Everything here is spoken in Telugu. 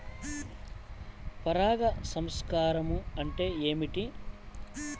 పరాగ సంపర్కం అంటే ఏమిటి?